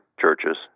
churches